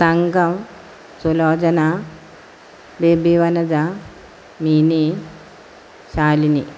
Thankam Sulochana Baby Vanaja Mini Shalini